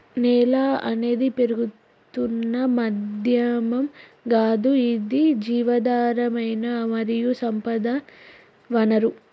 నేల అనేది పెరుగుతున్న మాధ్యమం గాదు ఇది జీవధారమైన మరియు సంపద వనరు